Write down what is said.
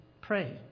pray